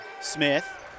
Smith